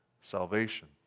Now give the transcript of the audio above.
salvation